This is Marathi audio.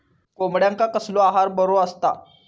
कोंबड्यांका कसलो आहार बरो असता?